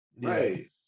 Right